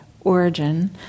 origin